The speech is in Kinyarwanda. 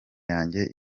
yanjye